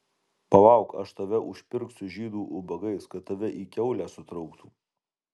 palauk aš tave užpirksiu žydų ubagais kad tave į kiaulę sutrauktų